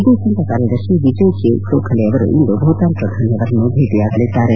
ವಿದೇಶಾಂಗ ಕಾರ್ಯದರ್ಶಿ ವಿಜಯ್ ಕೆ ಗೋಖಲೆ ಅವರು ಇಂದು ಭೂತಾನ್ ಪ್ರಧಾನಿಯವರನ್ನು ಭೇಟಿಯಾಗಲಿದ್ದಾರೆ